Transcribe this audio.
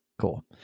Cool